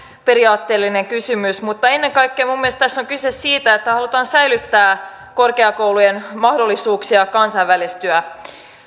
periaatteellinen kysymys mutta ennen kaikkea minun mielestäni tässä on kyse siitä että halutaan säilyttää korkeakoulujen mahdollisuuksia kansainvälistyä